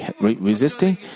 resisting